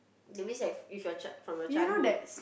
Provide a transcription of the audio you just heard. that means that if from your childhood